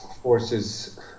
forces